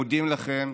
מודים לכם,